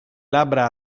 labbra